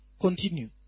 Continue